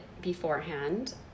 beforehand